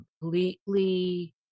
completely